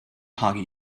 hug